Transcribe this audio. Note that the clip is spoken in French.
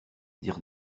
dire